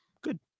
good